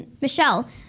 Michelle